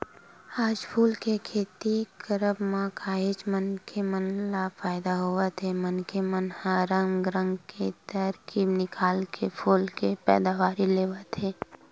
आज फूल के खेती करब म काहेच के मनखे मन ल फायदा होवत हे मनखे मन ह रंग रंग के तरकीब निकाल के फूल के पैदावारी लेवत हे